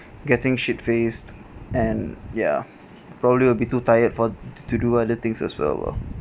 getting shit faced and ya probably will be too tired for to do other things as well lah